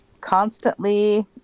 constantly